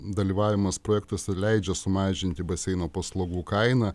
dalyvavimas projektuose leidžia sumažinti baseino paslaugų kainą